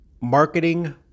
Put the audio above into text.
marketing